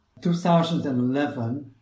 2011